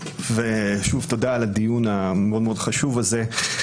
ושוב תודה על הדיון החשוב מאוד הזה,